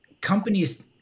companies